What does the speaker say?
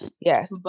Yes